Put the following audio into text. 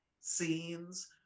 scenes